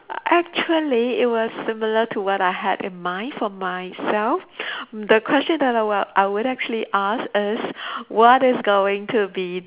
actually it was similar to what I had in mind for myself the question that I w~ I would actually ask is what is going to be